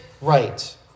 right